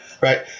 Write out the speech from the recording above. right